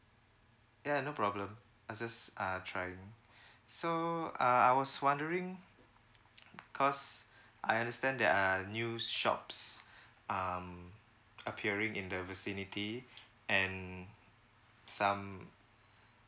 ya no problem I just uh trying so uh I was wondering because I understand there are new shops um appearing in the vicinity and some